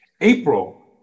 April